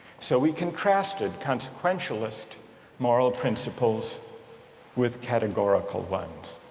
so we contrasted consequentialist moral principles with categorical ones.